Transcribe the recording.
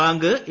bank A